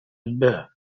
الباب